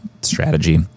strategy